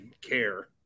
care